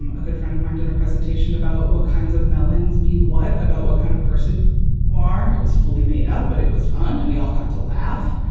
um a good friend of mine done a presentation about what kinds of melon's mean. what? about what kind of person we are. it was fully made up. but it was fun and we all got to laugh.